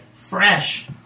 fresh